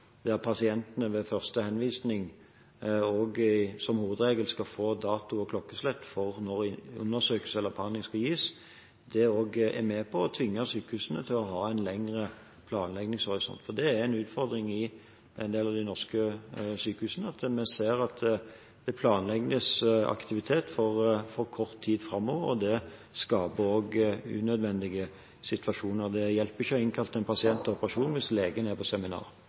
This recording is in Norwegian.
pasientene ved første henvisning som hovedregel skal få dato og klokkeslett for når undersøkelse eller behandling skal gis, er også med på tvinge sykehusene til å ha en lengre planleggingshorisont. Vi ser at det er en utfordring i en del av de norske sykehusene at det planlegges aktivitet for for kort tid framover, og det skaper også unødvendige situasjoner. Det hjelper ikke å ha innkalt en pasient til operasjon hvis legen er på